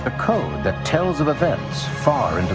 ah code that tells of events far in the